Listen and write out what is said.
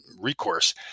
Recourse